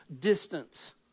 distance